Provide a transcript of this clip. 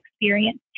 experience